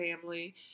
family